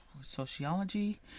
sociology